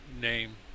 name